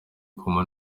coma